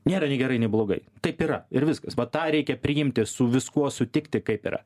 nėra nei gerai nei blogai taip yra ir viskas va tą reikia priimti su viskuo sutikti kaip yra